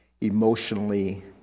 emotionally